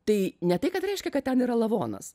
tai ne tai kad reiškia kad ten yra lavonas